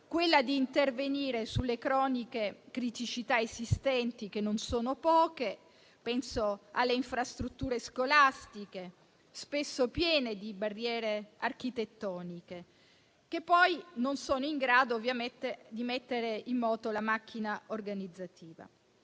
di intervenire sulle croniche criticità esistenti che non sono poche - penso alle infrastrutture scolastiche, spesso piene di barriere architettoniche - che poi non sono in grado ovviamente di mettere in moto la macchina organizzativa.